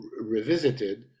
revisited